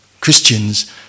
Christians